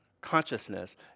consciousness